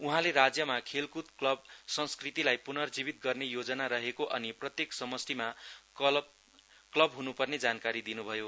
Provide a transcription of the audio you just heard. उहाँले राज्यमा खेलकुद कलब संस्कृतिलाई पुनर्जीवित गर्ने योजना रहेको अनि प्रत्येक समष्ठिमा क्लब हुनुपर्ने जानकारी दिनुभयो